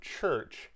church